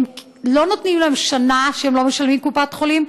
לא נותנים להם שנה שהם לא משלמים קופת חולים,